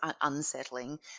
unsettling